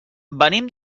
venim